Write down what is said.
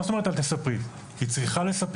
מה זאת אומרת "אל תספרי?" היא צריכה לספר.